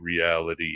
reality